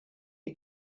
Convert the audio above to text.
die